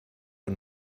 und